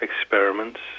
experiments